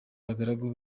abagaragu